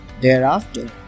Thereafter